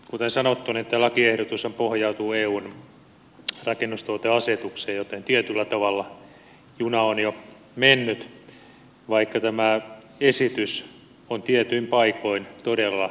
kuten sanottu tämä lakiehdotushan pohjautuu eun rakennustuoteasetukseen joten tietyllä tavalla juna on jo mennyt vaikka tämä esitys on tietyin paikoin todella huono